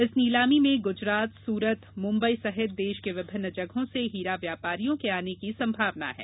इस नीलामी में गुजरात सूरत मुम्बई सहित देश के विभिन्न जगहों से हीरा व्यपारियों के आने की संभावनायें है